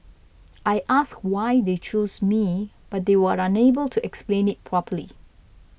I asked why they chose me but they were unable to explain it properly